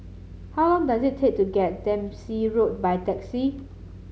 how long does it take to get Dempsey Road by taxi